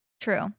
True